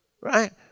Right